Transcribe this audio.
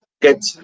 get